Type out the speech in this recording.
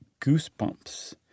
Goosebumps